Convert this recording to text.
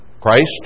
Christ